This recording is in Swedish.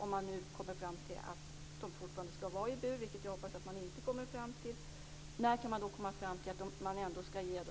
Om man kommer fram till att de fortfarande skall vara i bur - vilket jag hoppas att man inte gör - när kan man då komma fram till att de skall ges